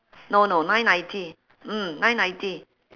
no no nine ninety mm nine ninety